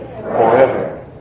forever